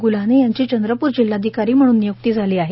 ग्ल्हाने यांची चंद्रपूर जिल्हाधिकारी म्हणून निय्क्ती झाली आहेत